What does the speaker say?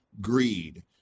greed